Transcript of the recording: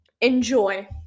Enjoy